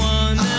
one